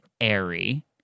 airy